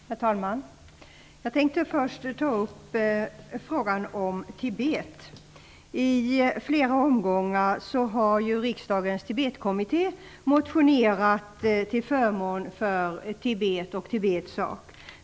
Herr talman! Jag skall först ta upp frågan om Tibet. I flera omgångar har riksdagens Tibetkommitté motionerat till förmån för Tibet.